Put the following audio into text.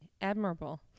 admirable